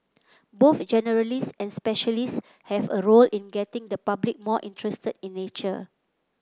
both generalists and specialists have a role in getting the public more interested in nature